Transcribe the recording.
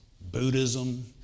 Buddhism